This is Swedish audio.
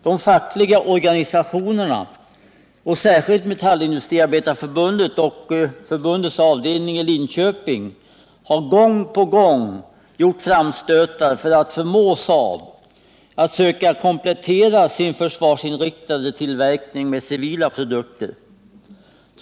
De fackliga organisationerna och särskilt Metallindustriarbetareförbundet och dess avdelning i Linköping har gång på gång gjort framstötar för att förmå Saab att söka komplettera sin försvarsinriktade tillverkning med civila produkter.